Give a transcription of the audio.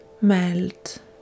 melt